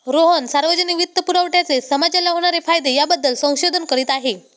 रोहन सार्वजनिक वित्तपुरवठ्याचे समाजाला होणारे फायदे याबद्दल संशोधन करीत आहे